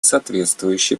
соответствующие